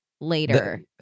later